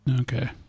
Okay